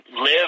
live